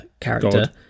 character